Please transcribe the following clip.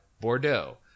Bordeaux